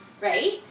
right